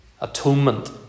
atonement